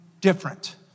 different